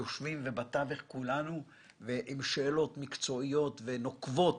שיושבים עם שאלות מקצועיות ונוקבות